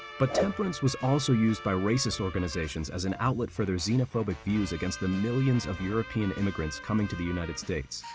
but temperance was also used by racist organizations as an outlet for their xenophobic views against the millions of european immigrants coming to the united states.